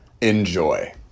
enjoy